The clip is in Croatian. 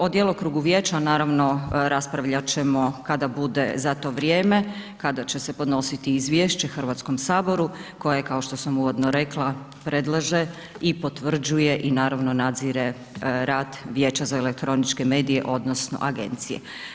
O djelokrugu vijeća, naravno, raspravljat ćemo kada bude za to vrijeme, kada će se podnositi izvješće HS-u koje je kao što sam uvodno rekla, predlaže i potvrđuje i naravno, nadzire rad Vijeća za elektroničke medije odnosno agencije.